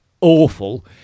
awful